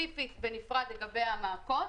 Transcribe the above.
להגיש בקשה ספציפית ונפרדת לגבי המעקות.